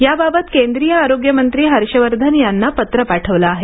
याबाबत केंद्रीय आरोग्यमंत्री हर्षवर्धन यांना पत्र पाठविले आहे